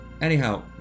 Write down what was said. Anyhow